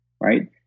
right